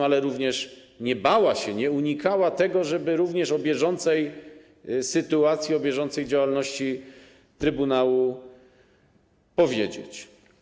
Ale również nie bała się, nie unikała tego, żeby również o bieżącej sytuacji, o bieżącej działalności trybunału powiedzieć.